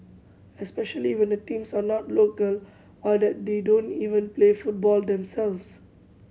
especially when the teams are not local or that they don't even play football themselves